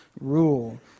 rule